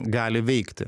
gali veikti